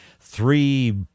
three